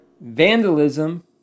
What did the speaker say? vandalism